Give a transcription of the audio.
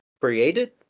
created